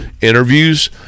interviews